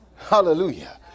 hallelujah